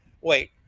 Wait